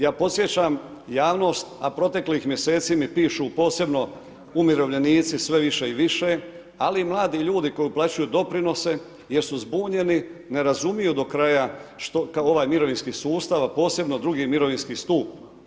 Ja podsjećam javnost, a proteklih mjeseci mi pišu posebno umirovljenici sve više i više, ali i mladi ljudi koji uplaćuju doprinose jer su zbunjeni, ne razumiju do kraja što ovaj mirovinski sustav, a posebno drugi mirovinski stup.